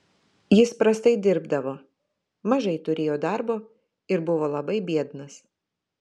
jis prastai dirbdavo mažai turėjo darbo ir buvo labai biednas